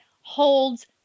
holds